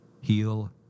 heal